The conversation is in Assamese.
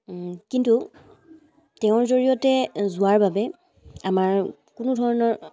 কিন্তু তেওঁৰ জৰিয়তে যোৱাৰ বাবে আমাৰ কোনো ধৰণৰ